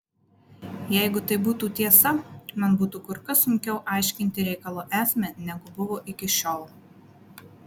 jeigu tai būtų tiesa man būtų kur kas sunkiau aiškinti reikalo esmę negu buvo iki šiol